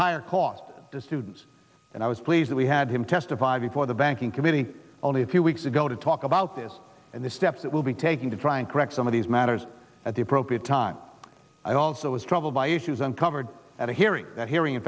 higher cost to students and i was pleased that we had him testify before the banking committee only a few weeks ago to talk about this and the steps that will be taken to try and correct some of these matters at the appropriate time i also by issues uncovered at a hearing and hearing in